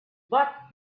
but